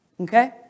Okay